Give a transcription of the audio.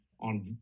on